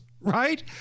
right